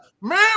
man